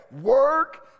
work